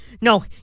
no